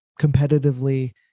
competitively